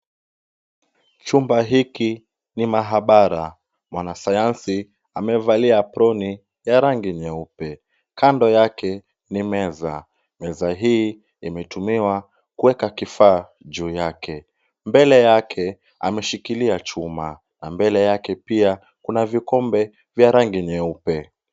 Chumba hiki ni maabara, mwanasayansi amevalia aproni ya rangi nyeupe. Kando yake ni meza, meza hii imetumiwa kuweka kifaa juu yake, mbele yake ameshikilia chuma na mbele yake pia kuna vikombe vya rangi nyeupe.